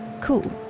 cool